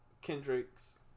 Kendrick's